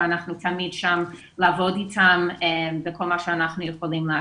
רבה ואנחנו תמיד שם לעבוד איתם בכל מה שאנחנו יכולים לעשות.